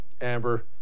Amber